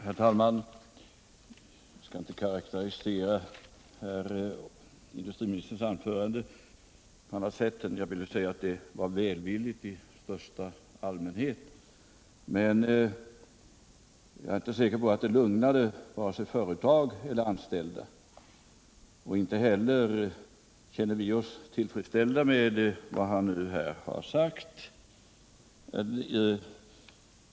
Herr talman! Jag skall inte karakterisera herr industriministerns anförande på annat sätt än att säga att det var välvilligt i största allmänhet. Men jag är inte säker på att det lugnade vare sig företag eller anställda. Och inte heller känner vi oss tillfredsställda med vad han nu har sagt.